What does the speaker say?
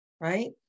right